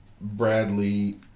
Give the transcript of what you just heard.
Bradley